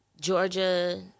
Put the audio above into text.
Georgia